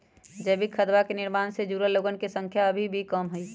जैविक खदवा के निर्माण से जुड़ल लोगन के संख्या अभी भी कम हई